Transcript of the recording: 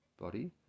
body